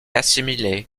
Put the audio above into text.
assimilé